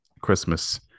Christmas